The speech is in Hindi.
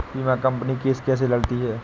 बीमा कंपनी केस कैसे लड़ती है?